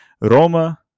Roma